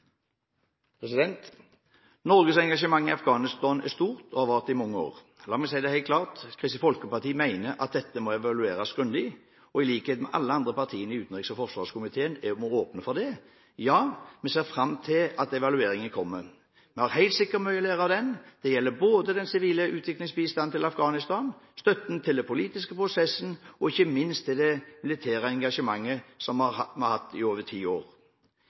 der. Norges engasjement i Afghanistan er stort og har vart i mange år. La meg si det helt klart: Kristelig Folkeparti mener at dette må evalueres grundig. I likhet med alle andre partier i utenriks- og forsvarskomiteen er vi åpne for det. Ja, vi ser fram til at evalueringen kommer. Vi har helt sikkert mye å lære av den. Det gjelder både den sivile utviklingsbistanden til Afghanistan, støtten til den politiske prosessen og ikke minst til det militære engasjementet vi har hatt i over ti år.